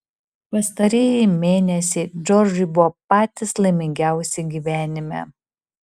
pastarieji mėnesiai džordžui buvo patys laimingiausi gyvenime